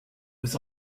was